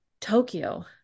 Tokyo